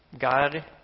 God